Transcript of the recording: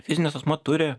fizinis asmuo turi